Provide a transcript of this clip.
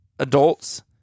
Adults